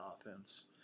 offense